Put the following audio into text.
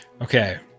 Okay